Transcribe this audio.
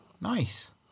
Nice